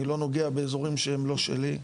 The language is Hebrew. אני לא נוגע באזורים שהם לא שלי,